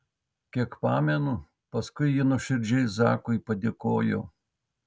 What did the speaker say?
kiek pamenu paskui ji nuoširdžiai zakui padėkojo